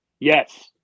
Yes